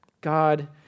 God